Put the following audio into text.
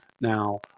Now